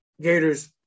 Gator's